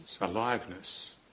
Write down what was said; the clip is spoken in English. aliveness